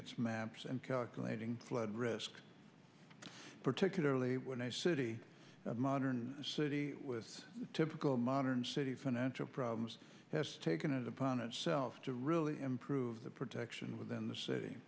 its maps and calculating flood risk particular early when a city of modern city with a typical modern city financial problems has taken it upon itself to really improve the protection within the city